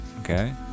Okay